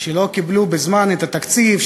שלא קיבלו בזמן את התקציב,